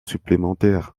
supplémentaires